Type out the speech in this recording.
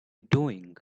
doing